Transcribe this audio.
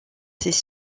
ses